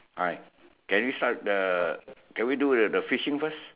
hi can you start the can we do the fishing first